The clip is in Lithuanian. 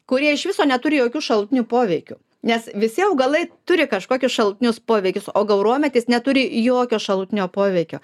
kurie iš viso neturi jokių šalutinių poveikių nes visi augalai turi kažkokius šalutinius poveikius o gaurometis neturi jokio šalutinio poveikio